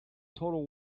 total